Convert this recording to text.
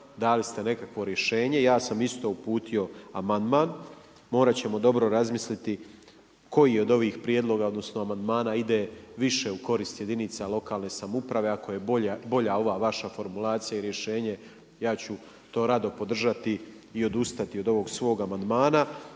dali ste nekakvo rješenje, ja sam isto uputio amandman, morat ćemo dobro razmisliti koji od ovih prijedloga, odnosno amandmana ide više u korist jedinica lokalne samouprave ako je bolja ova vaša formulacija i rješenje, ja ću to rado podržati, i odustati od ovog svog amandmana.